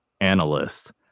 analysts